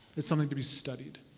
it's something to be studied.